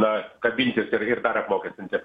na kabintis ir ir dar apmokestinti